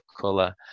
color